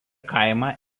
kaimą